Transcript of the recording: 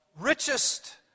richest